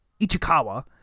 Ichikawa